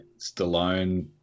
Stallone